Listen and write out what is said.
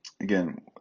Again